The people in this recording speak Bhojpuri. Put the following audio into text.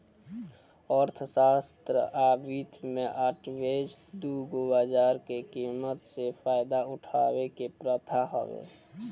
अर्थशास्त्र आ वित्त में आर्बिट्रेज दू गो बाजार के कीमत से फायदा उठावे के प्रथा हवे